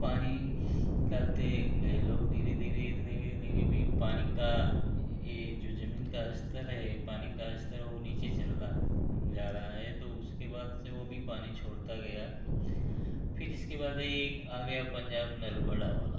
पानी निकालते गये लोग धीरे धीरे धीरे धीरे फिर पानी का ये जो ज़मीन का स्तर है पानी का स्तर वो नीचे चला जा रहा है तो उसके बाद से वो भी पानी छोड़ता गया फिर इसके बाद एक आ गया पंजाब नल बड़ा वाला